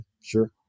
sure